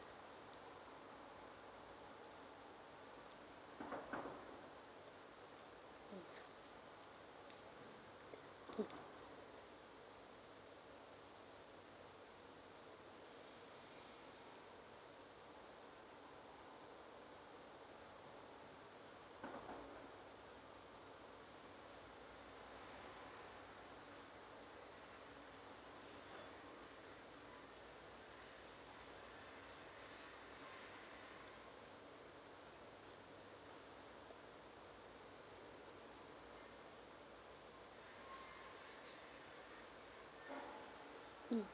mm mm